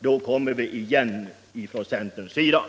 Jag yrkar bifall till utskottets hemställan.